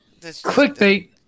Clickbait